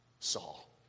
Saul